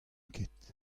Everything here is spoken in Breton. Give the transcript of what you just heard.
ket